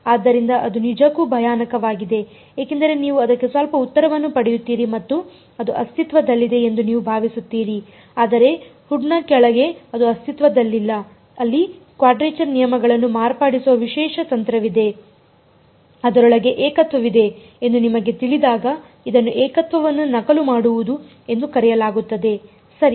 ಆದ್ದರಿಂದ ಅದು ನಿಜಕ್ಕೂ ಭಯಾನಕವಾಗಿದೆ ಏಕೆಂದರೆ ನೀವು ಅದಕ್ಕೆ ಸ್ವಲ್ಪ ಉತ್ತರವನ್ನು ಪಡೆಯುತ್ತೀರಿ ಮತ್ತು ಅದು ಅಸ್ತಿತ್ವದಲ್ಲಿದೆ ಎಂದು ನೀವು ಭಾವಿಸುತ್ತೀರಿ ಆದರೆ ಹುಡ್ನ ಕೆಳಗೆ ಅದು ಅಸ್ತಿತ್ವದಲ್ಲಿಲ್ಲ ಅಲ್ಲಿ ಕ್ವಾಡ್ರೇಚರ್ ನಿಯಮಗಳನ್ನು ಮಾರ್ಪಡಿಸುವ ವಿಶೇಷ ತಂತ್ರವಿದೆ ಅದರೊಳಗೆ ಏಕತ್ವವಿದೆ ಎಂದು ನಿಮಗೆ ತಿಳಿದಾಗ ಇದನ್ನು ಏಕತ್ವವನ್ನು ನಕಲುಮಾಡುವುದು ಎಂದು ಕರೆಯಲಾಗುತ್ತದೆ ಸರಿ